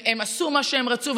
הן עשו מה שהן רצו,